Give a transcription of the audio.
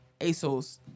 ASOS